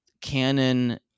canon